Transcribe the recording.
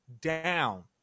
down